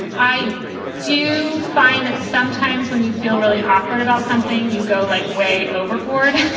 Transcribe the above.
i do find that sometimes when you feel really awkward about something, you go like way overboard.